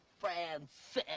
Francis